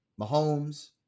Mahomes